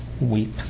weep